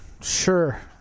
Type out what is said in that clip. Sure